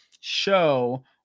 show